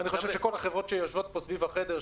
אני חושב שכל החברות שיושבות פה סביב החדר,